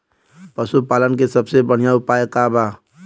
पशु पालन के सबसे बढ़ियां उपाय का बा?